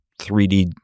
3D